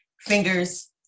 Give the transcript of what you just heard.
fingers